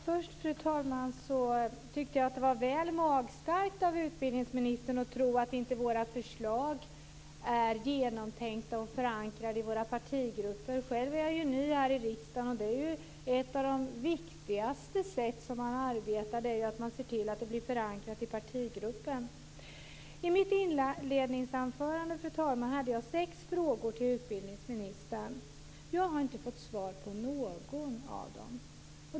Fru talman! Jag tyckte att det var väl magstarkt av utbildningsministern att tro att våra förslag inte är genomtänkta och förankrade i våra partigrupper. Själv är jag ny här i riksdagen men vet att ett av de viktigaste sätten man arbetar på är att se till att förslag blir förankrade i partigruppen. I mitt inledningsanförande, fru talman, hade jag sex frågor till utbildningsministern. Jag har inte fått svar på någon av dem.